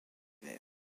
hiver